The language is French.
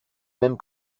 même